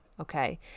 okay